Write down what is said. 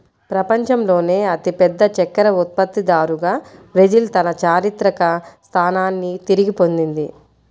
ప్రపంచంలోనే అతిపెద్ద చక్కెర ఉత్పత్తిదారుగా బ్రెజిల్ తన చారిత్రక స్థానాన్ని తిరిగి పొందింది